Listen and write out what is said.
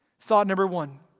thought number one,